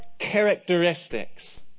characteristics